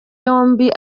yombi